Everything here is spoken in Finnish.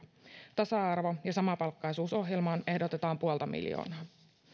tasa arvo ja samapalkkaisuusohjelmaan ehdotetaan puolta miljoonaa